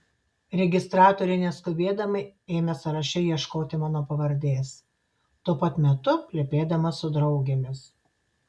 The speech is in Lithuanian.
registratorė neskubėdama ėmė sąraše ieškoti mano pavardės tuo pat metu plepėdama su draugėmis